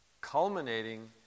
Culminating